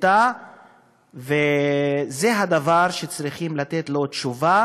אתה וזה הדבר שצריכים לתת לו תשובה